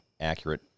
accurate